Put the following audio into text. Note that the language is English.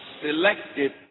selected